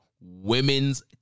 Women's